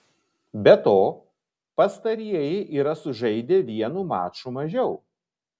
be to pastarieji yra sužaidę vienu maču mažiau